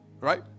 Right